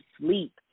sleep